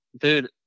dude